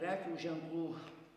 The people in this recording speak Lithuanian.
prekių ženklų